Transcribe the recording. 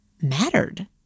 mattered